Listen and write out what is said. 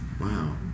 wow